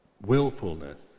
willfulness